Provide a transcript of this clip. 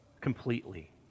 completely